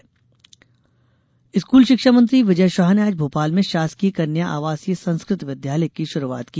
संस्कृत विद्यालय स्कूल शिक्षा मंत्री विजय शाह ने आज भोपाल में शासकीय कन्या आवासीय संस्कृत विद्यालय की शुरूआत की